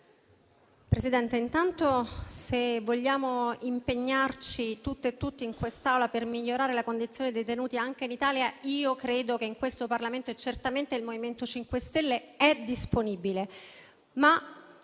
Presidente, se vogliamo impegnarci tutte e tutti, in quest'Aula, per migliorare la condizione dei detenuti anche in Italia, credo che questo Parlamento - e certamente il MoVimento 5 Stelle - sia disponibile.